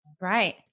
Right